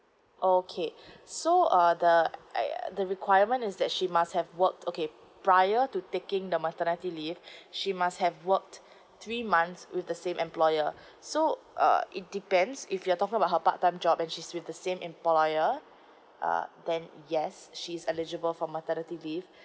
okay so uh the !aiya! the requirement is that she must have work okay prior to taking the maternity leave she must have worked three months with the same employer so uh it depends if you're talking about her part time job and she's with the same employer uh then yes she's eligible for maternity leave